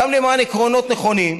גם למען עקרונות נכונים,